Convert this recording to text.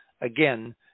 again